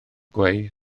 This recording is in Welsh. gweu